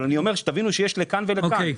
תבינו שיש לכאן ולכאן.